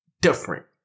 different